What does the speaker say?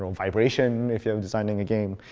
vibration, if you're designing a game.